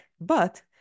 But-